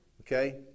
okay